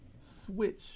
switch